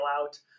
out